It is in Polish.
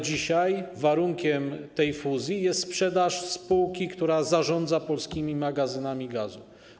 Dzisiaj warunkiem tej fuzji jest sprzedaż spółki, która zarządza polskimi magazynami gazu.